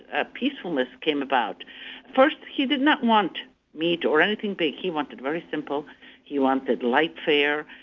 a peacefulness came about first, he did not want meat or anything big. he wanted very simple he wanted light fare.